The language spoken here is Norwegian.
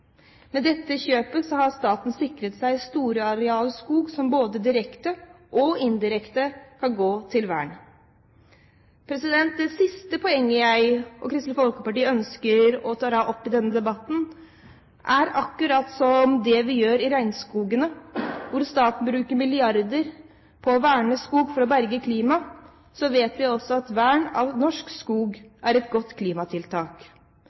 Med dette kjøpet har staten sikret seg store arealer skog, som både direkte og indirekte kan gå til vern. Det siste poenget jeg og Kristelig Folkeparti ønsker å ta opp i denne debatten er: Når det gjelder regnskogene, bruker staten milliarder på å verne skog for å berge klimaet, og vi vet at vern av norsk skog også er et godt klimatiltak.